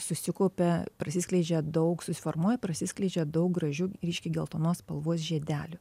susikaupia prasiskleidžia daug susiformuoja prasiskleidžia daug gražių ryškiai geltonos spalvos žiedelių